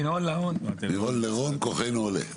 מהון להון כוחנו עולה.